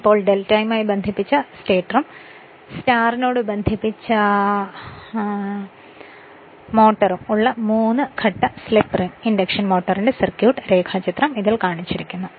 ഇപ്പോൾ ഡെൽറ്റയുമായി ബന്ധിപ്പിച്ച സ്റ്റേറ്ററും സ്റ്റാറിനോട് ബന്ധിപ്പിച്ച റോട്ടറും ഉള്ള മൂന്ന് ഘട്ട സ്ലിപ്പ് റിംഗ് ഇൻഡക്ഷൻ മോട്ടോറിന്റെ സർക്യൂട്ട് രേഖാചിത്രo ഇതിൽ കാണിച്ചിരിക്കുന്നു